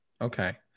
Okay